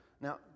Now